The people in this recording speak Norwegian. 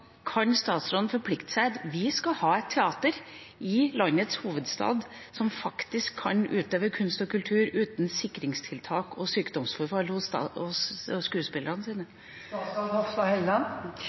Kan statsråden forplikte seg til at vi skal ha et teater i landets hovedstad som faktisk kan utøve kunst og kultur uten sikringstiltak og sykdomsforfall hos